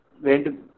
went